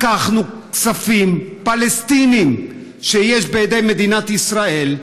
לקחנו כספים פלסטיניים שיש בידי מדינת ישראל,